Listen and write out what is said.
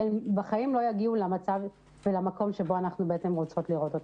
הן בחיים לא יגיעו למצב ולמקום בו אנחנו רוצות לראות אותן.